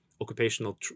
occupational